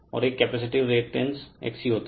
और एक capacitive reactance XC होता है